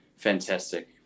Fantastic